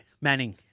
Manning